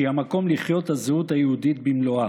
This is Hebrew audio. שהיא המקום לחיות את הזהות היהודית במלואה.